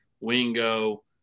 Wingo